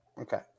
Okay